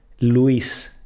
Luis